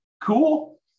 Cool